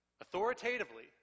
Authoritatively